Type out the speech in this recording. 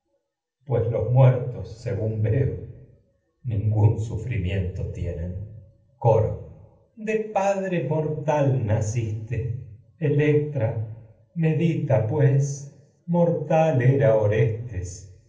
pues los muer tos según veo ningún coro sufrimiento tienen naciste de padre era mortal electra medita pues todos m ortal nos orestes